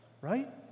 Right